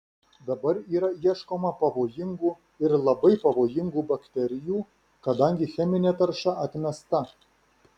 dabar yra ieškoma pavojingų ir labai pavojingų bakterijų kadangi cheminė tarša atmesta